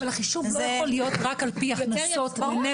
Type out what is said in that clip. אבל החישוב לא יכול להיות רק על-פי הכנסות לנפש.